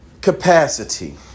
capacity